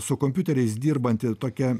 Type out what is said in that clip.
su kompiuteriais dirbanti tokia